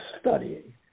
studying